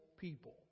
people